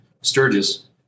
Sturgis